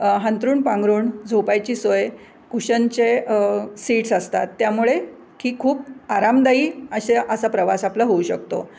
अंथरूण पांघरूण झोपायची सोय कुशनचे सीट्स असतात त्यामुळे की खूप आरामदायी अशा असा प्रवास आपला होऊ शकतो